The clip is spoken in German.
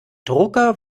drucker